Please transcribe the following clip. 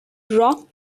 rock